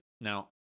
Now